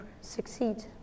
succeed